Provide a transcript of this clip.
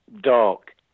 dark